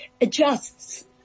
adjusts